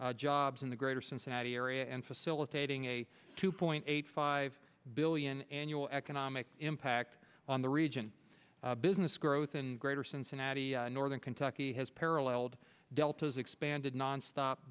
thousand jobs in the greater cincinnati area and facilitating a two point eight five billion annual economic impact on the region business growth and greater cincinnati northern kentucky has parallelled delta has expanded nonstop